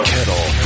Kettle